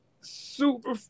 super